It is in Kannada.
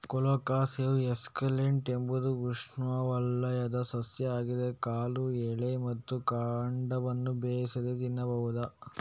ಕೊಲೊಕಾಸಿಯಾ ಎಸ್ಕುಲೆಂಟಾ ಎಂಬುದು ಉಷ್ಣವಲಯದ ಸಸ್ಯ ಆಗಿದ್ದು ಕಾಳು, ಎಲೆ ಮತ್ತೆ ಕಾಂಡವನ್ನ ಬೇಯಿಸಿದರೆ ತಿನ್ಬಹುದು